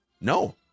no